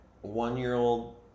one-year-old